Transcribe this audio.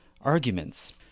arguments